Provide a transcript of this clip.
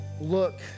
Look